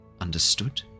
Understood